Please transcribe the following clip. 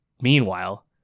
Meanwhile